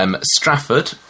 Stratford